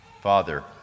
Father